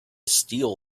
steal